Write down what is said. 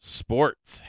sports